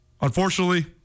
Unfortunately